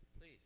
Please